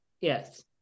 yes